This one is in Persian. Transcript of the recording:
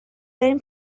بریم